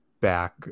back